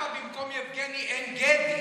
יבגני, במקום יבגני, עין גדי?